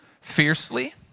fiercely